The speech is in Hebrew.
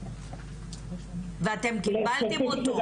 ואתם קיבלתם אותו.